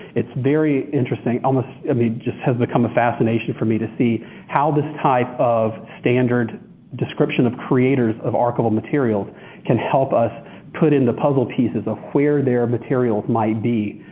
it's very interesting. um i mean just has become a fascination for me to see how this type of standard description of creators of archival materials can help us put in the puzzle pieces of where their materials might be,